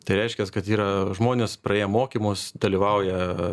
tai reiškias kad yra žmonės praėję mokymus dalyvauja